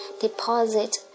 deposit